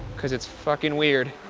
cause it's fuckin weird.